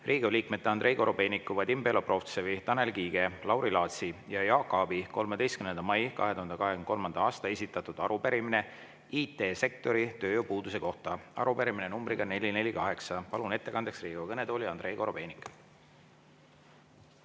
Riigikogu liikmete Andrei Korobeiniku, Vadim Belobrovtsevi, Tanel Kiige, Lauri Laatsi ja Jaak Aabi 13. mail 2023. aastal esitatud arupärimine IT-sektori tööjõupuuduse kohta, arupärimine numbriga 448. Palun ettekandeks Riigikogu kõnetooli Andrei Korobeiniku.